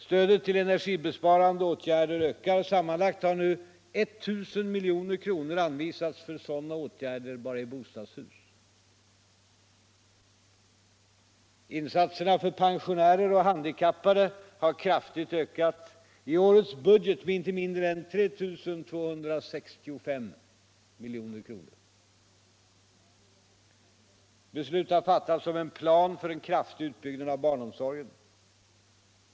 Stödet till energisparande åtgärder ökar. Sammanlagt har nu 1 000 milj.kr. anvisats för sådana åtgärder bara i bostadshus. Insatserna för pensionärer och handikappade har kraftigt ökat, i årets budget med inte mindre än 3 265 milj.kr. Beslut har fattats om en plan för kraftig utbyggnad av barnomsorgen.